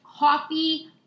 Coffee